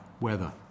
weather